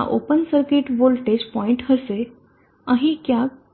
આ open circuit voltage point હશે અહી ક્યાંક પીક પાવર પોઇન્ટ હશે